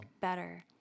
better